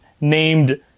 named